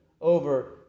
over